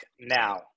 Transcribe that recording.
now